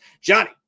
Johnny